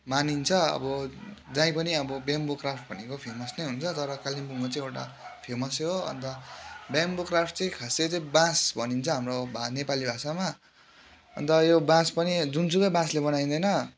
मानिन्छ अब जहीँ पनि अब बेम्बो क्राफ्ट भनेको फेमस नै हुन्छ तर कालेम्पोङमा चाहिँ एउटा फेमसै हो अन्त बेम्बो क्राफ्ट चाहिँ खासै चाहिँ बाँस भनिन्छ हाम्रो नेपाली भाषामा अन्त यो बाँस पनि जुनसुकै बाँसले बनाइँदैन